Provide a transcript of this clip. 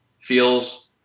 feels